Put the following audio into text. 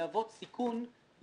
אם יתברר ששלחו לו שלושה מכתבים,